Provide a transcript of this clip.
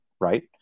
right